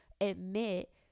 admit